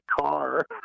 car